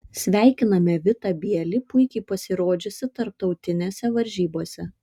sveikiname vitą bielį puikiai pasirodžiusį tarptautinėse varžybose